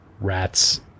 Rats